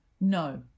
no